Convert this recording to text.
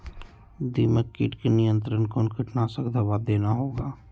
दीमक किट के नियंत्रण कौन कीटनाशक दवा देना होगा?